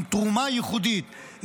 עם תרומה ייחודית,